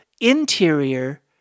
interior